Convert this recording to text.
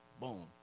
boom